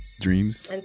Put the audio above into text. dreams